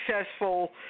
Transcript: successful